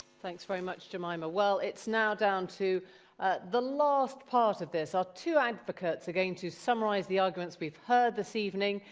thanks very much, jemima. well it's now down to the last part of this. our two advocates are going to summarize the arguments we've heard evening,